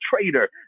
traitor